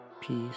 peace